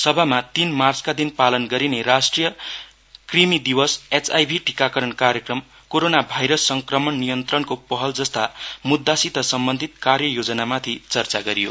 सभामा तीन मार्चका दिन पालन गरिने राष्ट्रिय कृमि दिवस एचपीभी टिकाकरण कार्यक्रम कोरोना भाइरस संक्रमण नियन्त्रणको पहल जस्ता मुद्दासित सम्बन्धित कार्य योजनामाथि चर्चा गरियो